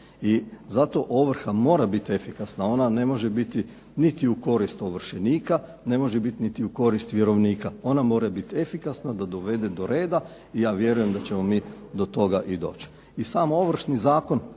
I zato ovrha mora biti efikasna. Ona ne može biti niti u korist ovršenika, ne može biti niti u korist vjerovnika. Ona mora biti efikasna da dovede do reda i ja vjerujem da ćemo mi do toga i doći.